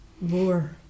More